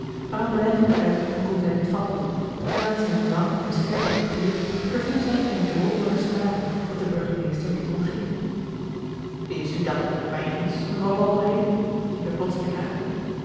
maar een blijvende uitdrukking kon zij niet vatten en nadat zij hem lang en scherp had begluurd verviel zij in een droomerig staren dat den burgemeester niet ontging is u dat niet met mij eens mevrouw wandelheem riep hij plotseling uit